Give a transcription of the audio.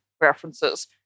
references